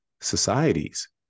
societies